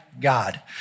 God